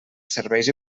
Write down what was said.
serveis